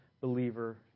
believer